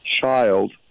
child